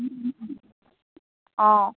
অঁ